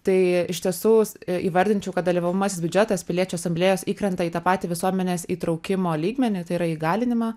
tai iš tiesų įvardinčiau kad dalyvaujamasis biudžetas piliečių asamblėjos įkrenta į tą patį visuomenės įtraukimo lygmenį tai yra įgalinimą